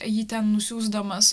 jį ten nusiųsdamas